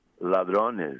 ladrones